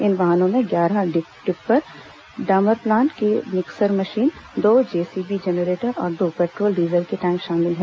इन वाहनों में ग्यारह टिप्पर डामर प्लांट की मिक्सर मशीन दो जेसीबी जनरेटर और दो पेट्रोल डीजल के टैंक शामिल हैं